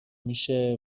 میشه